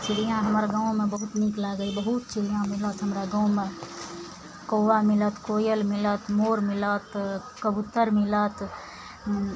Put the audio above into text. चिड़ियाँ हमर गाँवमे बहुत नीक लागइए बहुत चिड़ियाँ मिलत हमरा गाँवमे कौआ मिलत कोयल मिलत मोर मिलत तऽ कबूतर मिलत